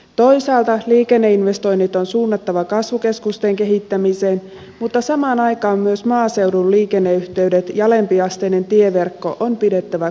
toisaalta liikenneinvestoinnit on suunnattava kasvukeskusten kehittämiseen mutta samaan aikaan myös maaseudun liikenneyhteydet ja alempiasteinen tieverkko on pidettävä